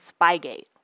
Spygate